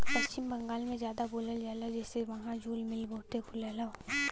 पश्चिम बंगाल में जादा बोवल जाला जेसे वहां जूल मिल बहुते खुलल हौ